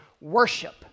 worship